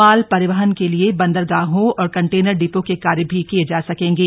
माल परिवहन के लिए बंदरगाहों और कंटेनर डिपो के कार्य भी किये जा सकेंगे